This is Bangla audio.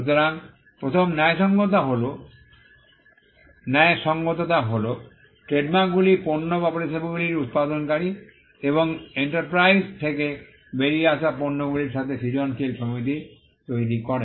সুতরাং প্রথম ন্যায়সঙ্গততা হল ট্রেডমার্কগুলি পণ্য বা পরিষেবাগুলির উত্পাদনকারী এবং এন্টারপ্রাইজ থেকে বেরিয়ে আসা পণ্যগুলির সাথে সৃজনশীল সমিতি তৈরি করে